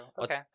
okay